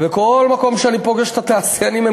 וכל מקום שאני פוגש את התעשיינים הם